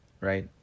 right